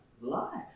life